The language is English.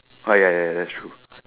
oh ya ya that's true